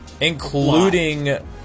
Including